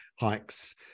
hikes